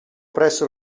presso